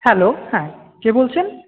hello হ্যাঁ কে বলছেন